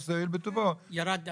אז יואיל בטובו --- ירד ל-40,000?